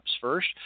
first